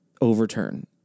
overturn